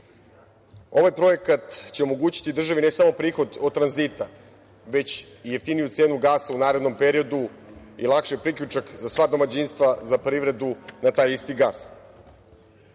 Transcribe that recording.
evra. Ovaj projekat će omogućiti državi ne samo prihod od tranzita, već i jeftiniju cenu gasa u narednom periodu i lakši priključak za sva domaćinstva, za privredu na taj isti